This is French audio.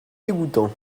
dégoûtant